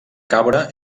cabra